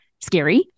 scary